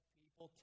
people